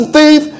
thief